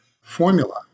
formula